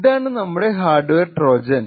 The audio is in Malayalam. ഇതാണ് നമ്മുടെ ഹാർഡ്വെയർ ട്രോജൻ